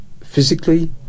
physically